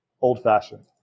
Old-fashioned